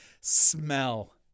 smell